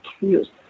use